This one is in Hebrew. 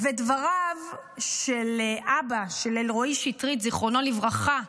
ודבריו של אבא של אלרואי בן שטרית, זיכרונו לברכה,